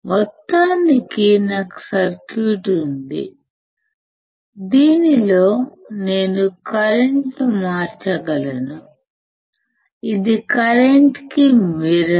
మొత్తానికి నాకు సర్క్యూట్ ఉంది దీనిలో నేను కరెంట్ ను మార్చగలను ఇది కరెంట్ కి మిర్రర్